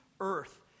earth